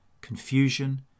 confusion